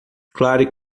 claro